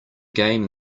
game